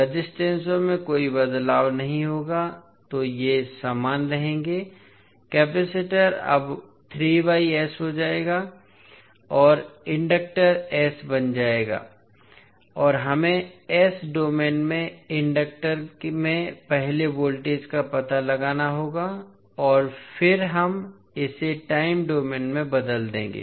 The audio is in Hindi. रेजिस्टेंसों में कोई बदलाव नहीं होगा तो ये समान रहेंगे कैपेसिटर अब हो गया है और इंडक्टर बन गया है और हमें डोमेन में इंडक्टर में पहले वोल्टेज का पता लगाना होगा और फिर हम इसे टाइम डोमेन में बदल देंगे